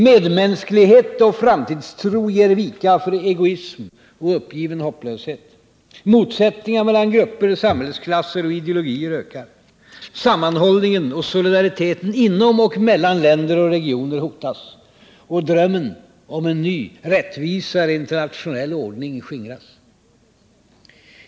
Medmänsklighet och framtidstro ger vika för egoism och uppgiven hopplöshet. Motsättningar mellan grupper, samhällsklasser och ideologier ökar. Sammanhållningen och solidariteten inom och mellan länder och regioner hotas. Drömmen om en ny, rättvisare internationell ordning skingras.